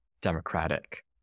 democratic